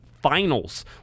Finals